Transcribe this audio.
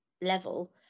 level